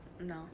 No